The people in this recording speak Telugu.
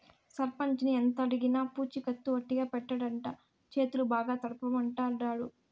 సర్పంచిని ఎంతడిగినా పూచికత్తు ఒట్టిగా పెట్టడంట, చేతులు బాగా తడపమంటాండాడు